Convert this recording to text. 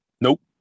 Nope